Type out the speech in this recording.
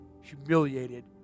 humiliated